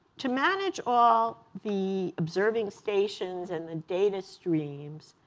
to manage all the observing stations and data streams,